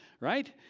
right